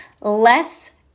less